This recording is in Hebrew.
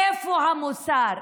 איפה המוסר?